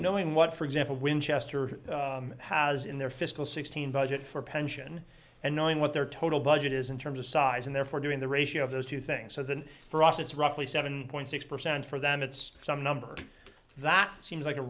knowing what for example winchester has in their fiscal sixteen budget for pension and knowing what their total budget is in terms of size and therefore doing the ratio of those two things so that for us it's roughly seven point six percent for them it's some number that seems like a